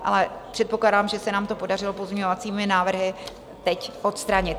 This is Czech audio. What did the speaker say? Ale předpokládám, že se nám to podařilo pozměňovacími návrhy teď odstranit.